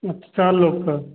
अच्छा चार लोग का